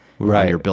Right